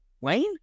Wayne